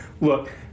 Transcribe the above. Look